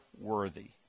worthy